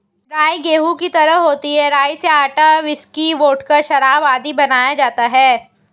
राई गेहूं की तरह होती है राई से आटा, व्हिस्की, वोडका, शराब आदि बनाया जाता है